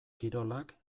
kirolak